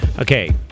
Okay